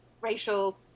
racial